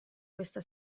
questa